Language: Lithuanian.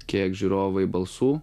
kiek žiūrovai balsų